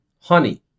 honey